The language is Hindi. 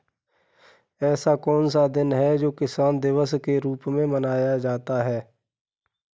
ऐसा कौन सा दिन है जो किसान दिवस के रूप में मनाया जाता है?